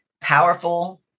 powerful